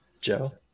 Joe